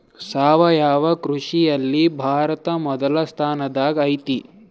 ಸಾವಯವ ಕೃಷಿಯಲ್ಲಿ ಭಾರತ ಮೊದಲ ಸ್ಥಾನದಾಗ್ ಐತಿ